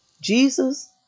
jesus